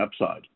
upside